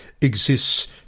exists